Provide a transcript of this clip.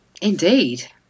Indeed